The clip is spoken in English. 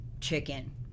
chicken